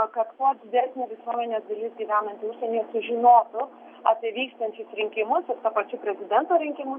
kad kuo didesnė visuomenės dalis gyvenanti užsienyje sužinotų apie vykstančius rinkimus ir tuo pačiu prezidento rinkimus